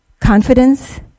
confidence